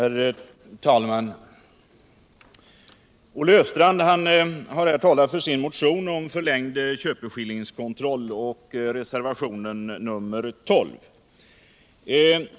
Herr talman! Ölle Östrand har här talat för sin motion om förlängd köpeskillingskontroll och för reservationen 12.